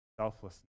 selflessness